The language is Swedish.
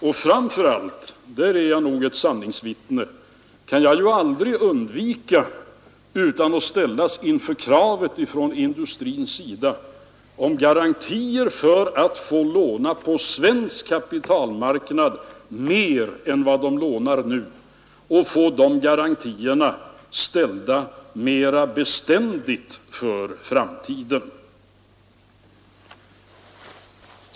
Och framför allt — där är jag nog ett sanningsvittne — kan jag aldrig undvika att ställas inför kravet från industrins sida på garantier för 125 att få låna på svensk kapitalmarknad mer än vad man lånar nu och få de garantierna mera beständigt för framtiden.